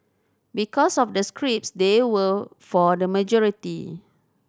because of the scripts they were for the majority